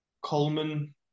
Coleman